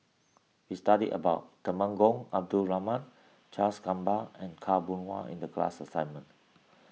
we studied about Temenggong Abdul Rahman Charles Gamba and Khaw Boon Wan in the class assignment